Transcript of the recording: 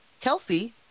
Kelsey